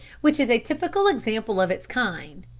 which is a typical example of its kind.